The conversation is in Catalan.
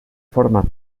format